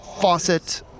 faucet